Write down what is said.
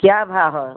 क्या भाव है